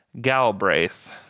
Galbraith